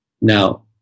Now